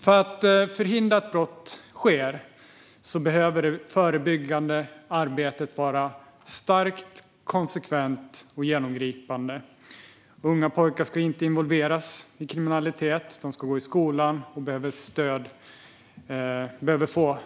För att förhindra att brott sker behöver det förebyggande arbetet vara starkt, konsekvent och genomgripande. Unga pojkar ska inte involveras i kriminalitet. De ska gå i skolan och få